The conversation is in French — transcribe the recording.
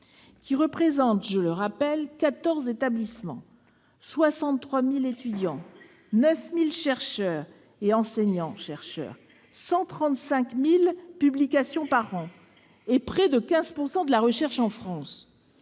que ce site représente 14 établissements, 63 000 étudiants, 9 000 chercheurs et enseignants-chercheurs, 135 000 publications par an et près de 15 % de la recherche en France.